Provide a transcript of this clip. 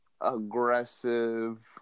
aggressive